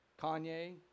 Kanye